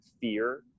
fear